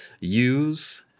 use